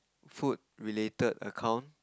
food related account